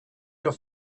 your